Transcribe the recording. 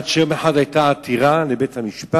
עד שיום אחד היתה עתירה לבית-המשפט,